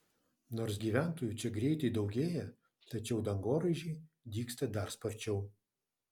nors gyventojų čia greitai daugėja tačiau dangoraižiai dygsta dar sparčiau